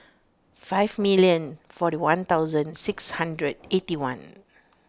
five million forty one thousand six hundred eighty one